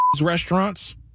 restaurants